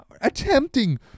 attempting